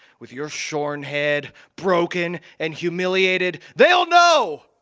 with your shorn head broken and humiliated they'll know!